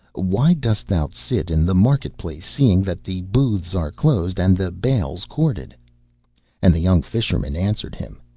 why dost thou sit in the market-place, seeing that the booths are closed and the bales corded and the young fisherman answered him,